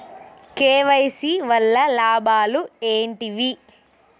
KYC వల్ల లాభాలు ఏంటివి?